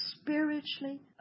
spiritually